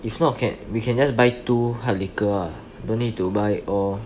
if not ca~ we can just buy two hard liquor lah don't need to buy all